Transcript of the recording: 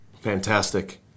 fantastic